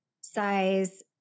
size